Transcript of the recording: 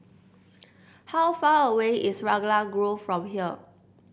how far away is Raglan Grove from here